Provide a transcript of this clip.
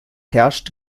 herrscht